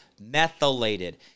methylated